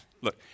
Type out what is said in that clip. Look